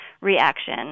reaction